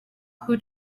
who